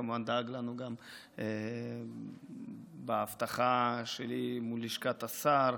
כמובן דאג לנו גם באבטחה שלי מול לשכת השר.